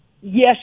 Yes